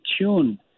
tune